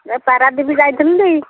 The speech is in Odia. ଏ ପାରାଦ୍ୱୀପ ଯାଇଥିଲି